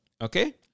Okay